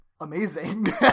amazing